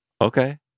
Okay